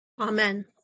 Amen